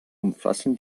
umfassen